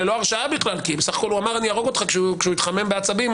בלי הרשעה בכלל כי בסך הכול הוא אמר אני אהרוג אותך כשהוא התחמם בעצבים,